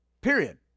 Period